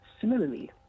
similarly